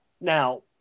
Now